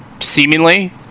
seemingly